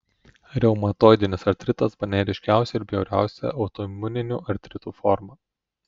reumatoidinis artritas bene ryškiausia ir bjauriausia autoimuninių artritų forma